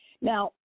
Now